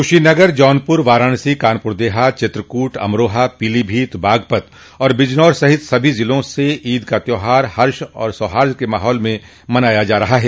कुशीनगर जौनपुर वाराणसी कानपुर देहात चित्रकूट अमरोहा पीलीभीत बागपत और बिजनौर सहित सभी जिलों में ईद का त्यौहार हर्ष और सौहार्द के माहौल में मनाया जा रहा है